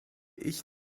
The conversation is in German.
ich